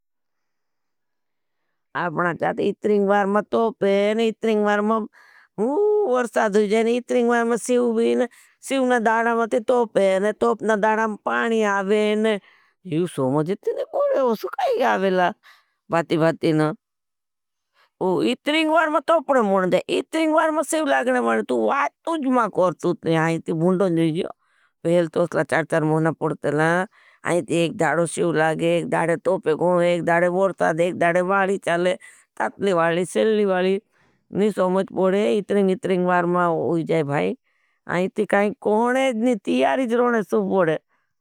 आपना चाहती इत्रिंगवार में तोपे, इत्रिंगवार में वर्सा दुजेन, इत्रिंगवार में सिव भीन, सिवने दाड़ा में तोपे, तोपने दाड़ा में पानी आवेन। यू सोमजी तिने मुड़े हो, सुखाई गावेला बाती बाती नू। इत्रिंगवार में तोपने मुण दे, इत्रिंगवार में सिव लागने मुण दे, तू वातूज मा कर तू तु हाई इति बुंड़ों जुईज़ियो। पहल तोसला चार-चार मुणा पड़ते ला, आइथी एक दाड़ों सिव लागे, एक दाड़े तोपे गो, एक दाड़े बोर्साद, एक दाड़े वाली चाले, तत्ली वाली, सिल्ली वाली। नहीं सोमच पड़े, इतरिंग इतरिंग बार मा हुई जाए भाई, आइथी कहने नितियारिज रोने सुप पड़े।